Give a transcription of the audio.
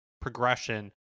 progression